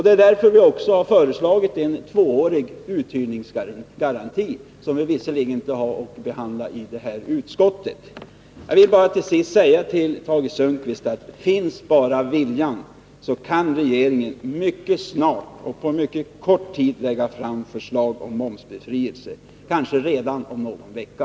Det är därför vi föreslagit en tvåårig uthyrningsgaranti, även om det förslaget inte har behandlats i skatteutskottet. Jag vill till sist säga till Tage Sundkvist: Finns bara viljan kan regeringen på mycket kort tid lägga fram ett förslag om momsbefrielse, kanske redan om någon vecka.